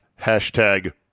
hashtag